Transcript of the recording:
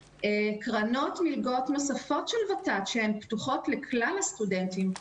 קרנות ומלגות נוספות של ות"ת שהן פתוחות לכלל הסטודנטים,